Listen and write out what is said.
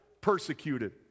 persecuted